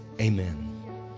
amen